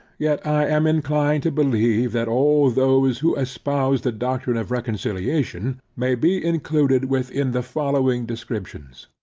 yet i am inclined to believe, that all those who espouse the doctrine of reconciliation, may be included within the following descriptions.